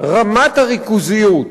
רמת הריכוזיות,